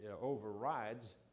overrides